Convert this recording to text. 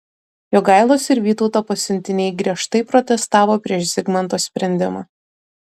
jogailos ir vytauto pasiuntiniai griežtai protestavo prieš zigmanto sprendimą